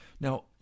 Now